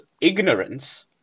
ignorance